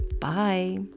Bye